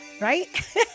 right